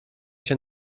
się